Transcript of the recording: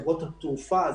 בחברות התעופה,